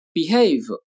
Behave